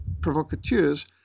provocateurs